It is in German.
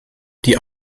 die